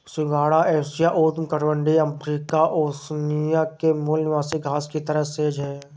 सिंघाड़ा एशिया, उष्णकटिबंधीय Africa, Oceania के मूल निवासी घास की तरह सेज है